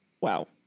wow